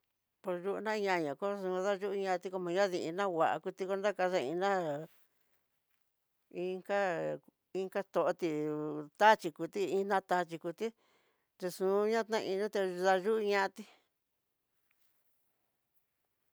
Por yu'u ñaña koxu dayuñati komo dayii nangua, kuti konraka denná inka, inka toti taxhi ku ti iná taxhi kuti xhexuniá ta iin yuté dayuñati.